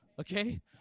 okay